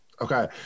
okay